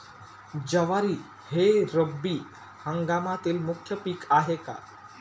ज्वारी हे रब्बी हंगामातील मुख्य पीक आहे का?